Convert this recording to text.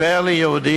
סיפר לי יהודי,